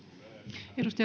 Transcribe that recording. arvoisa